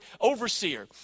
overseer